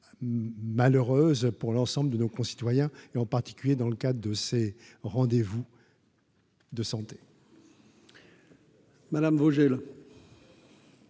malheureuse pour l'ensemble de nos concitoyens, et en particulier dans le cadre de ses rendez vous. De santé. Madame Vogel.